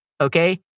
Okay